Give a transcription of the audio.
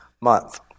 month